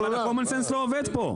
אבל הקומנסנס לא עובד פה.